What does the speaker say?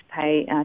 pay